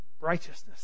righteousness